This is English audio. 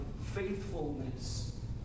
faithfulness